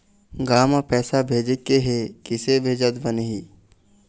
गांव म पैसे भेजेके हे, किसे भेजत बनाहि?